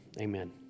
amen